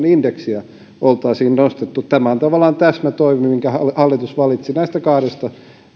indeksiä oltaisiin nostettu tämä on tavallaan täsmätoimi minkä hallitus valitsi näistä kahdesta